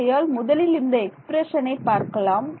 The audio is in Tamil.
ஆகையால் முதலில் இந்த எக்ஸ்பிரஷனை பார்க்கலாம்